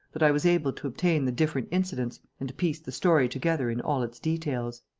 that i was able to obtain the different incidents and to piece the story together in all its details.